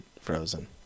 Frozen